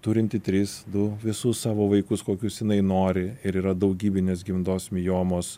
turinti tris du visus savo vaikus kokius jinai nori ir yra daugybinės gimdos miomos